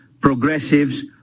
Progressives